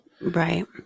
right